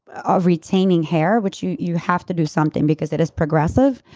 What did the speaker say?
ah retaining hair, which you you have to do something, because it is progressive